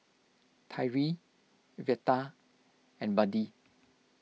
Tyree Veta and Buddy